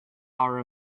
are